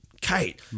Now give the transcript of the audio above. Kate